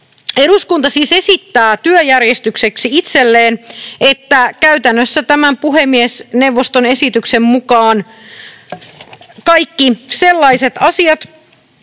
Eduskunta siis esittää työjärjestykseksi itselleen, että käytännössä tämän puhemiesneuvoston esityksen mukaan kaikki sellaiset asiat,